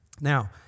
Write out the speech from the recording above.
Now